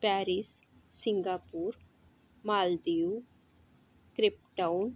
Paris Singapore Maldives Cape Town